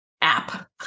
app